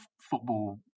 football